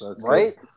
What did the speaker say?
Right